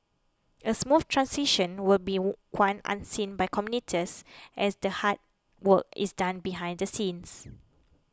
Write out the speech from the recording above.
a smooth transition will one unseen by commuters as the hard work is done behind the scenes